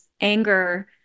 anger